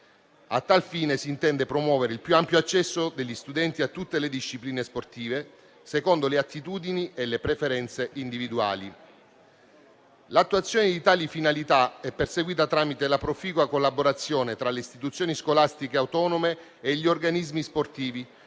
A tal fine si intende promuovere il più ampio accesso degli studenti a tutte le discipline sportive, secondo le attitudini e le preferenze individuali. L'attuazione di tali finalità è perseguita tramite la proficua collaborazione tra le istituzioni scolastiche autonome e gli organismi sportivi,